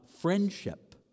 friendship